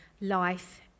life